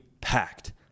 packed